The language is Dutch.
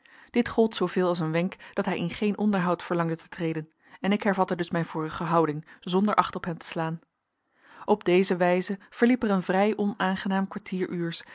dit gold zooveel als een wenk dat hij in geen onderhoud verlangde te treden en ik hervatte dus mijn vorige houding zonder acht op hem te slaan op deze wijze verliep er een vrij onaangenaam